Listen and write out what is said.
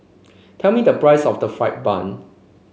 tell me the price of fried bun